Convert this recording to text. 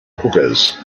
hookahs